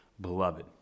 Beloved